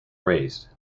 razed